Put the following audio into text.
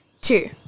Two